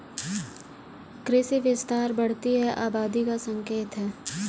कृषि विस्तार बढ़ती आबादी का संकेत हैं